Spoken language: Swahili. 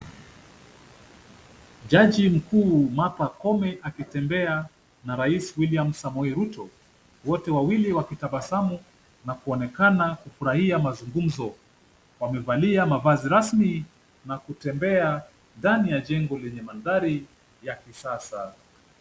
Jaji mkuu Martha Koome akitembea na rais William Samoei Ruto, wote wawili wakitabasamu na kuonekana kufurahia mazungumzo. Wamevalia mavazi rasmi na kutembea ndani ya jengo lenye mandhari ya kisasa.